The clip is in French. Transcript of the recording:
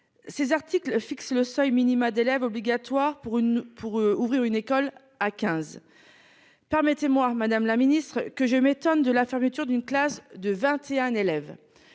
Ces articles fixe le seuil minima d'élèves obligatoire pour une, pour ouvrir une école à 15. Permettez-moi Madame la Ministre que je m'étonne de la fermeture d'une classe de 21 élèves.